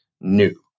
new